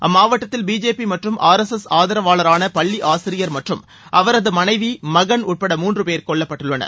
அம்மாவட்டத்தில் பிஜேபி மற்றும் R S S ஆதரவாளரான பள்ளி ஆசிரியர் மற்றும் அவரது மனைவி மகன் உட்பட மூன்றுபேர் கொல்லப்பட்டுள்ளனர்